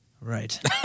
Right